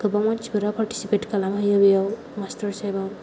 गोबां मानसिफोरा पार्टिसिपेट खालामहैयो बेयाव मास्टार शेफाव